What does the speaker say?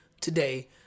today